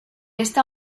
esta